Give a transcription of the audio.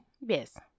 yes